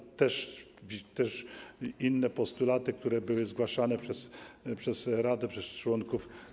Były też inne postulaty, które były zgłaszane przez radę, przez członków.